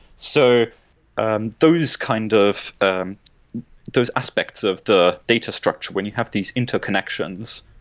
so and those kind of and those aspects of the data structure, when you have these interconnections,